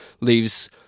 leaves